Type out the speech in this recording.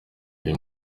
uyu